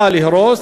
היא באה להרוס.